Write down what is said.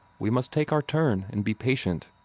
we must take our turn, and be patient.